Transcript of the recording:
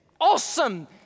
awesome